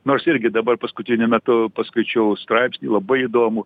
nors irgi dabar paskutiniu metu paskaičiau straipsnį labai įdomų